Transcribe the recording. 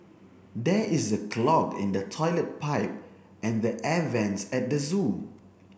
there is a clog in the toilet pipe and the air vents at the zoo